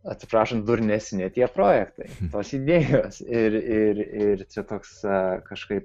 atsiprašant durnesni ne tie projektai tos idėjos ir ir ir čia toks kažkaip